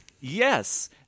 Yes